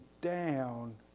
down